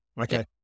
Okay